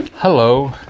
Hello